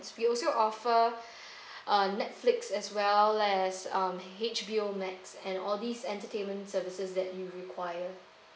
we also offer uh netflix as well as mm H_B_O max and all these entertainment services that you require